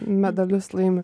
medalius laimi